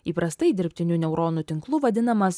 įprastai dirbtiniu neuronų tinklu vadinamas